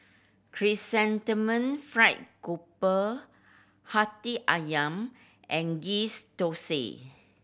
Chrysanthemum Fried Grouper Hati Ayam and ghee's thosai